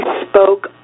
spoke